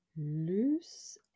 loose